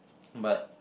but